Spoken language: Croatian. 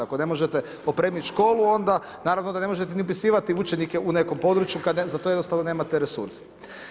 Ako ne možete opremiti školu, onda naravno da ne možete upisivati učenike u neko područje, kad za to jednostavno nemate resursa.